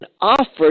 offered